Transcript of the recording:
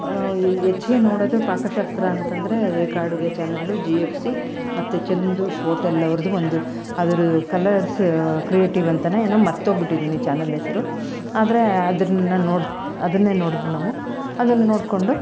ಹೆಚ್ಗೆ ನೋಡೋದು ಪಾಕಶಾಸ್ತ್ರ ಅಂತಂದರೆ ರೇಖಾ ಅಡುಗೆ ಚಾನಲ್ಲು ಜಿ ಎಫ್ ಸಿ ಮತ್ತೆ ಚಂದೂಸ್ ಹೋಟೆಲ್ ಅವರದೂ ಒಂದು ಅದ್ರ ಕಲರ್ಸ್ ಕ್ರಿಯೇಟಿವ್ ಅಂತನೇ ಏನೋ ಮರ್ತೋಗ್ಬಿಟ್ಟಿದಿನಿ ಚಾನಲ್ ಹೆಸರು ಆದರೆ ಅದ್ರ್ನ ನೋಡ್ ಅದನ್ನೇ ನೋಡೋದು ನಾವು ಅದನ್ನು ನೋಡಿಕೊಂಡು